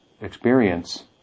experience